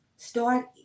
start